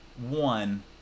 one